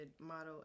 model